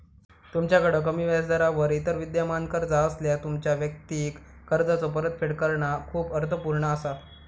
तुमच्याकड कमी व्याजदरावर इतर विद्यमान कर्जा असल्यास, तुमच्यो वैयक्तिक कर्जाचो परतफेड करणा खूप अर्थपूर्ण असा